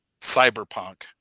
cyberpunk